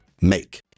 make